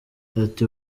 ati